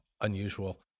unusual